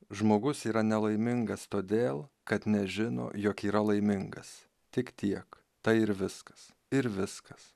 žmogus yra nelaimingas todėl kad nežino jog yra laimingas tik tiek tai ir viskas ir viskas